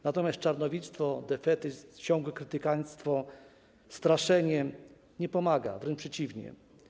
Natomiast czarnowidztwo, defetyzm, ciągłe krytykanctwo i straszenie nie pomagają, wręcz przeciwnie.